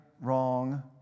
wrong